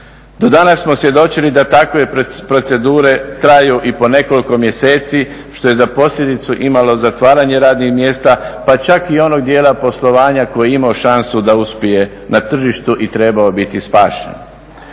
Do danas smo svjedočili da takve procedure traju i po nekoliko mjeseci što je za posljedicu imalo zatvaranje radnih mjesta pa čak i onog dijela poslovanja koji je imao šansu da uspije na tržištu i trebao biti spašen.